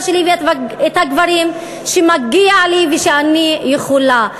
שלי ואת הגברים שמגיע לי ושאני יכולה.